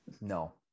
No